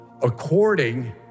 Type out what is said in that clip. according